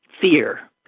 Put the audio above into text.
fear